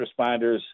responders